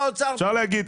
צריך להיות הוגנים.